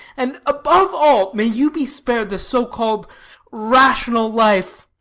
and, above all, may you be spared the so-called rational life,